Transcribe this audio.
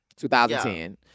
2010